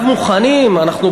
זה לא